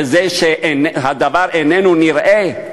וזה שהדבר איננו נראה,